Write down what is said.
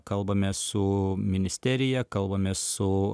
kalbamės su ministerija kalbamės su